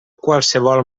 qualsevol